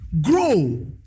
Grow